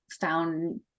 found